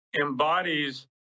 embodies